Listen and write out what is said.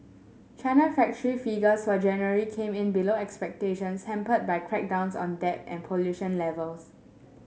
China factory figures for January came in below expectations hampered by crackdowns on debt and pollution levels